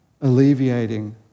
alleviating